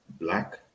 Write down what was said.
black